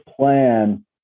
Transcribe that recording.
plan